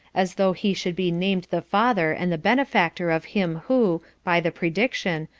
as though he should be named the father and the benefactor of him who, by the prediction,